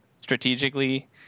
strategically